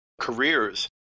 careers